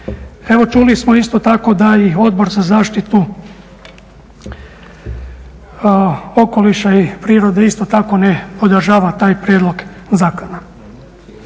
Evo čuli smo isto tako da i Odbor za zaštitu okoliša i prirode isto tako ne podržava taj prijedlog zakona.